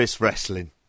wrestling